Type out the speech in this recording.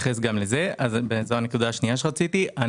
זו הנקודה השנייה שרציתי לומר.